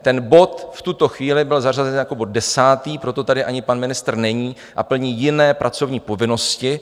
Ten bod v tuto chvíli byl zařazen jako bod desátý, proto tady ani pan ministr není a plní jiné pracovní povinnosti.